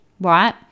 Right